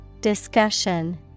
Discussion